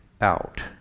out